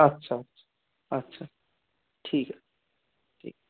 আচ্ছা আচ্ছা আচ্ছা ঠিক আছে ঠিক